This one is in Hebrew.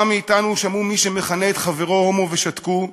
כמה מאתנו שמעו מי שמכנה את חברו "הומו" ושתקו,